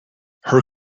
her